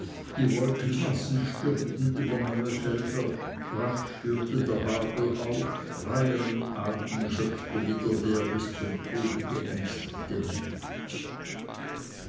die wolkenmassen stürmten über neue felder rasch hörte der hagel auf freiern atem schöpfte wieder der bis zum tode geängstigte mensch